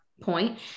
point